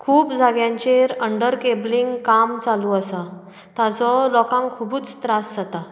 खूब जाग्यांचेर under cabling काम चालू आसा ताजो लोकांक खुबूच त्रास जाता